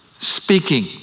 Speaking